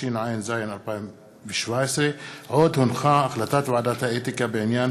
התשע"ז 2017. כמו כן הונחה החלטת ועדת האתיקה בעניין